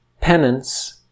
Penance